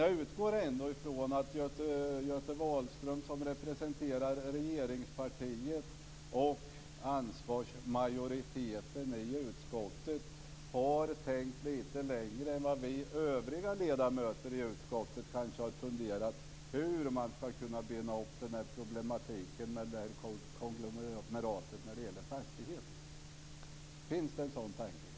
Jag utgår ändå ifrån att Göte Wahlström, som representerar regeringspartiet och ansvarsmajoriteten i utskottet, har tänkt lite längre än vi övriga ledamöter i utskottet och kanske funderat hur man skall kunna bena upp problematiken med konglomeratet när det gäller fastigheter. Finns det en sådan tankegång?